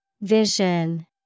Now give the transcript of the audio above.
Vision